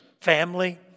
family